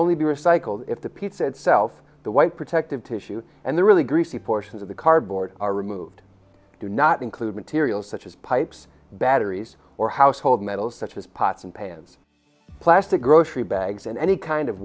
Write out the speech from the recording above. only be recycled if the piece said self the white protective tissue and the really greasy portions of the cardboard are removed do not include materials such as pipes batteries or household metals such as pots and pans plastic grocery bags and any kind of